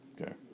okay